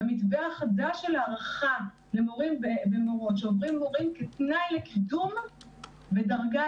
במתווה החדש של הערכה שעוברים מורים ומורות כתנאי לקידום בדרגה,